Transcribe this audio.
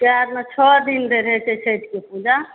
पएरमे छओ दिन धरि होइत छै छठिके पूजा